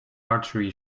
artery